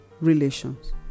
relations